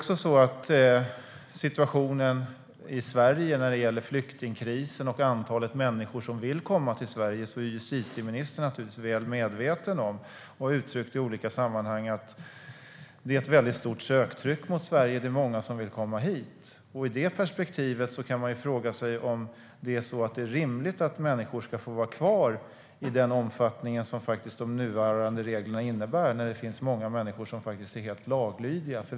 Situationen i Sverige vad gäller flyktingkrisen och antalet människor som vill komma hit är justitieministern naturligtvis väl medveten om. Han har i olika sammanhang gett uttryck för att söktrycket på Sverige är väldigt högt och att många vill komma hit. I det perspektivet kan man fråga sig om det är rimligt att människor ska få vara kvar i den omfattning som de nuvarande reglerna faktiskt innebär när det finns andra människor som är helt laglydiga.